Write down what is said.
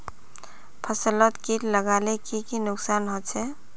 फसलोत किट लगाले की की नुकसान होचए?